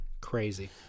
Crazy